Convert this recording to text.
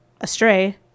astray